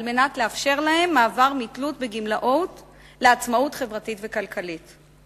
על מנת לאפשר להם מעבר מתלות בגמלאות לעצמאות חברתית וכלכלית.